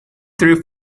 through